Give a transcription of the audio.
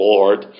Lord